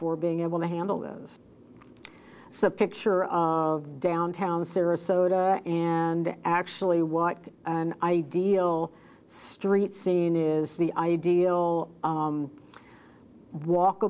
for being able to handle those so picture of downtown sarasota and actually what an ideal street scene is the ideal walk